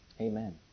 Amen